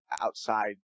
outside